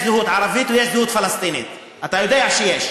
יש זהות ערבית ויש זהות פלסטינית, אתה יודע שיש,